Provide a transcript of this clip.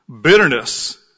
Bitterness